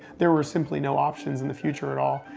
there were simply no options in the future at all.